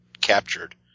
captured